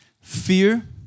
Fear